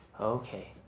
okay